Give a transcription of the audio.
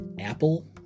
apple